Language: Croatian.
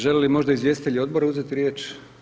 Žele li možda izvjestitelji odbora uzeti riječ?